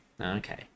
okay